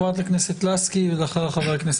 חה"כ לסקי, בבקשה.